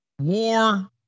war